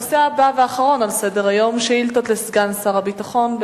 הנושא הבא והאחרון על סדר-היום הוא שאילתות לסגן שר הביטחון.